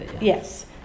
Yes